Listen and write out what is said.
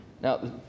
Now